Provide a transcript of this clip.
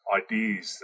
ideas